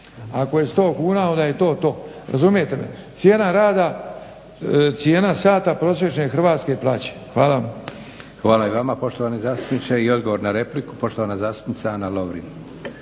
Ako je 100 kuna onda je to to, razumijete me, cijena sata prosječne hrvatske plaće. Hvala vam. **Leko, Josip (SDP)** Hvala i vama poštovani zastupniče. I odgovor na repliku poštovana zastupnica Ana Lovrin.